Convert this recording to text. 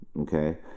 okay